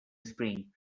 spring